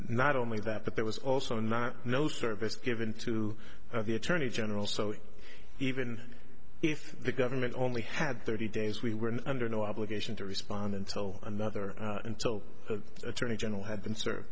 not only that but there was also not no service given to the attorney general so even if the government only had thirty days we were under no obligation to respond until another until the attorney general ha